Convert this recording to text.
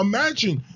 Imagine